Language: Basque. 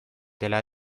dela